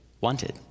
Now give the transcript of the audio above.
wanted